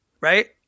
Right